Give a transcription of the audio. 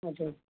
हजुर